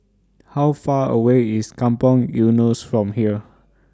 How Far away IS Kampong Eunos from here